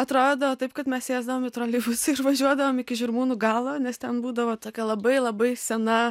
atrado taip kad mes sėsdavom į troleibusą ir važiuodavom iki žirmūnų galo nes ten būdavo tokia labai labai sena